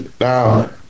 Now